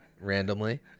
randomly